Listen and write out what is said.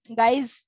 guys